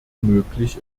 möglich